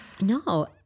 No